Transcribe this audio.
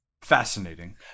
Fascinating